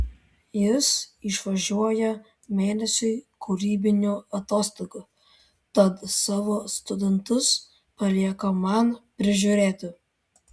jis išvažiuoja mėnesiui kūrybinių atostogų tad savo studentus palieka man prižiūrėti